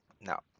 Now